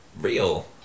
real